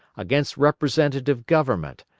against representative government,